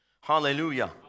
hallelujah